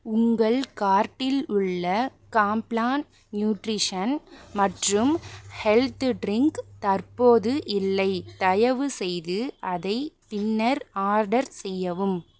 உங்கள் கார்ட்டில் உள்ள காம்ப்ளான் நியூட்ரிஷன் மற்றும் ஹெல்த் ட்ரின்க் தற்போது இல்லை தயவுசெய்து அதை பின்னர் ஆர்டர் செய்யவும்